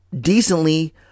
decently